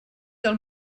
del